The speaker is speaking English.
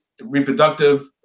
reproductive